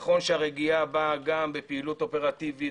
נכון שהרגיעה באה גם בפעילות אופרטיבית,